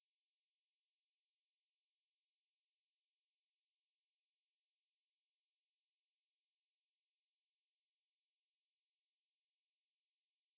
then I was like ah as in we understand if important things come up all the time but you have to tell us what